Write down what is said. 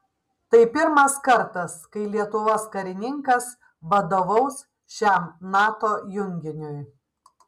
tai pirmas kartas kai lietuvos karininkas vadovaus šiam nato junginiui